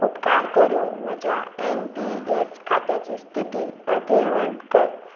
उपकार करून म्हज्या ऍन पी ऍस खात्याची स्थिती अद्यावत कर